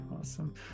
Awesome